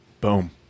Boom